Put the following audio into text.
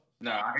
No